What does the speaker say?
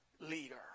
leader